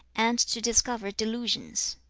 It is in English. and to discover delusions